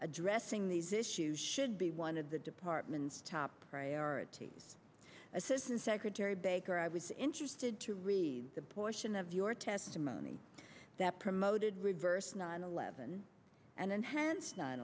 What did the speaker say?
addressing these issues should be one of the department's top priorities assistant secretary baker i was interested to read the portion of your testimony that promoted reverse nine eleven and enhanced nine